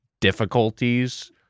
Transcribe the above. difficulties